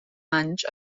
anys